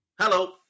Hello